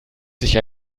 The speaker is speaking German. sie